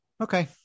Okay